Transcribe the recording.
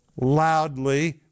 loudly